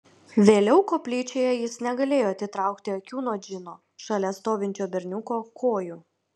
vėliau koplyčioje jis negalėjo atitraukti akių nuo džino šalia stovinčio berniuko kojų